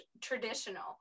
traditional